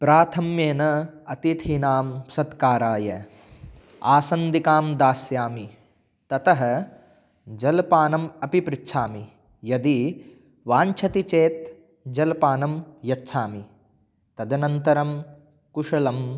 प्राथम्येन अतिथीनां सत्काराय आसन्दिकां दास्यामि ततः जलपानम् अपि पृच्छामि यदि वाञ्छति चेत् जलपानं यच्छामि तदनन्तरं कुशलं